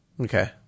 Okay